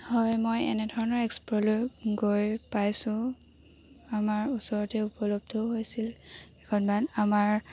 হয় মই এনেধৰণৰ এক্সপ'লৈ গৈ পাইছোঁ আমাৰ ওচৰতে উপলব্ধ হৈছিল এখনমান আমাৰ